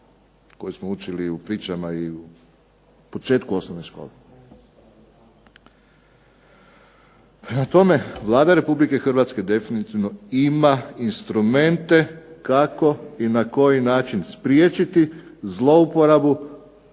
koju smo učili u pričama i početku osnovne škole. Prema tome, Vlada Republike Hrvatske definitivno ima instrumente kako i na koji način spriječiti zlouporabu